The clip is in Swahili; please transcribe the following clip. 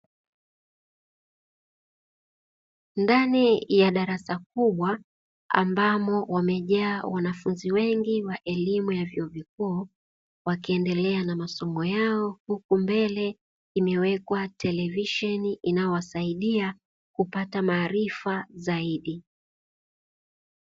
Ndani ya darasa kubwa ambamo wamejaa wanafunzi wengi wa elimu ya vyuo vikuu, wakiendelea na masomo yao, huku mbele imewekwa televisheni inayowasaidia kupata maarifa zaidi.